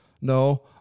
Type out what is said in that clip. No